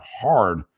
hard